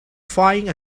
finding